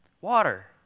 water